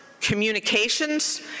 communications